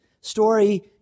story